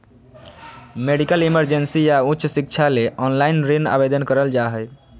medical emergency या उच्च शिक्षा ले ऑनलाइन ऋण आवेदन करल जा हय